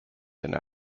and